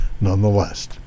nonetheless